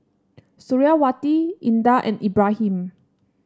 Suriawati Indah and Ibrahim